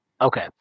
Okay